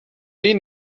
dir